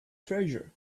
treasure